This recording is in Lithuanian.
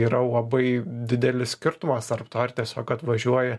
yra labai didelis skirtumas tarp to ar tiesiog atvažiuoja